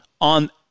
on